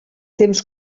temps